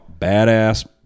Badass